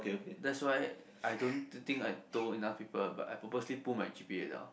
that's why I don't think I've told enough people but I purposely put my g_p_a though